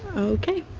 okay.